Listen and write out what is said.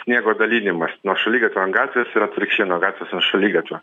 sniego dalinimas nuo šaligatvio ant gatvės ir atvirkščiai nuo gatvės ant šaligatvio